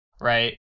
right